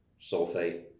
sulfate